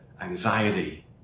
anxiety